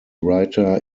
writer